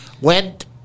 went